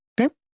Okay